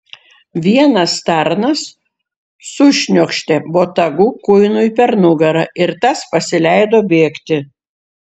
vienas tarnas sušniokštė botagu kuinui per nugarą ir tas pasileido bėgti